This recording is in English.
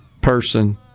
person